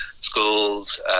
schools